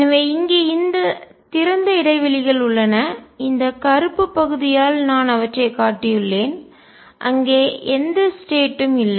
எனவே இங்கே இந்த திறந்த இடைவெளிகள் உள்ளன இந்த கருப்பு பகுதியால் நான் அவற்றை காட்டியுள்ளேன் அங்கே எந்த ஸ்டேட் ம் நிலை இல்லை